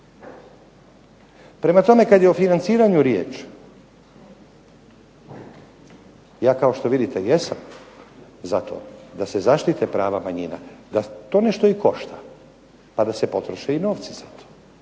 Prema tome, kada je o financiranju riječ, ja kao što vidite jesam za to da se zaštite prava manjina, da to nešto i košta, da se potroše i novci za to,